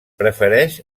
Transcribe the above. prefereix